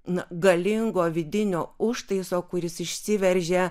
na galingo vidinio užtaiso kuris išsiveržia